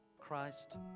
Christ